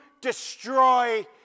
destroy